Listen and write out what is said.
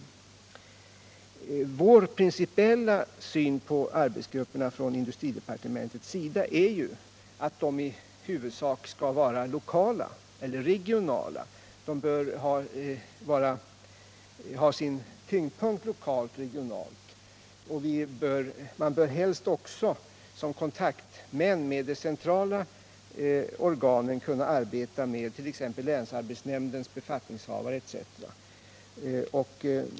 Industridepartementets principiella syn på arbetsgrupperna är att de i huvudsak skall vara lokala eller regionala. De bör ha sin tyngdpunkt lokalt eller regionalt. Man bör helst också som kontaktmän med de centrala organen kunna arbeta med t.ex. länsarbetsnämndens befattningshavare.